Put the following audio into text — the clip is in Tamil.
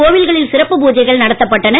கோவில்களில்சிறப்புபூசைகள்நடத்தப்பட்டன